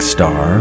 Star